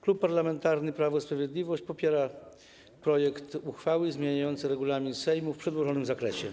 Klub Parlamentarny Prawo i Sprawiedliwość popiera projekt uchwały zmieniającej regulamin Sejmu w przedłożonym zakresie.